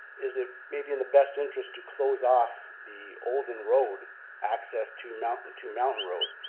is it maybe in the best interest to close off the olden road access to mountain to mountain road.